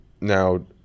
Now